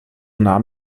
nahm